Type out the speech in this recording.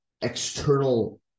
external